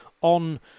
on